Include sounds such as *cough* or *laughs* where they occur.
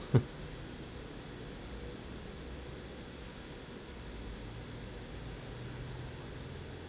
*laughs*